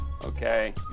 Okay